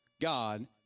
God